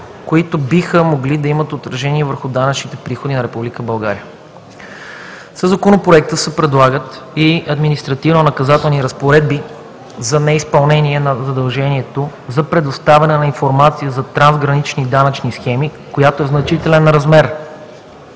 които биха могли да имат отражение върху данъчните приходи на Република България. Със Законопроекта се предлагат и административно-наказателни разпоредби за неизпълнение на задължението за предоставяне на информация за трансгранични данъчни схеми, които са в значителен размер,